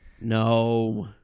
No